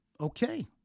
Okay